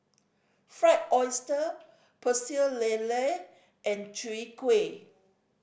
Fried Oyster Pecel Lele and Chwee Kueh